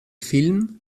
film